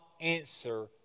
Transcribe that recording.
answer